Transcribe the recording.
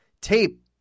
tape